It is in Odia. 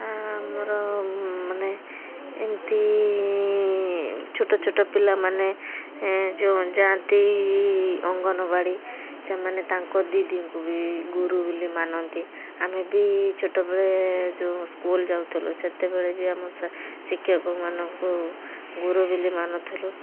ମୋର ମାନେ ଏମିତି ଛୋଟ ଛୋଟ ପିଲାମାନେ ଯେଉଁ ଯାଆନ୍ତି ଅଙ୍ଗନବାଡ଼ି ସେମାନେ ତାଙ୍କ ଦିଦିଙ୍କୁ ବି ଗୁରୁ ବୋଲି ମାନନ୍ତି ଆମେ ବି ଛୋଟବେଳେ ଯେଉଁ ସ୍କୁଲ ଯାଉଥିଲୁ ସେତେବେଳେ ବି ଆମ ସାର୍ ଶିକ୍ଷକମାନଙ୍କୁ ଗୁରୁ ବୋଲି ମାନୁଥିଲୁ